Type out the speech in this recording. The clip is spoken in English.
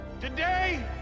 today